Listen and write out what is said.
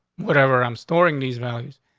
whatever. i'm storing these values.